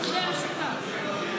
זאת השיטה.